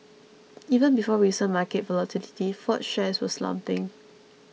even before recent market volatility Ford's shares were slumping